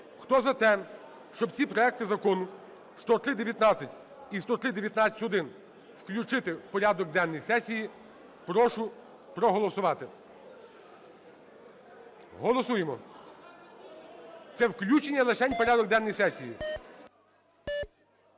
Хто за те, щоб ці проекти закону - 10319 і 10319-1 - включити в порядок денний сесії, прошу проголосувати. Голосуємо. Це включення лишень в порядок денний сесії.